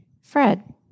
Fred